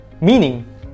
meaning